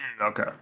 Okay